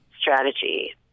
strategy